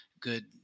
good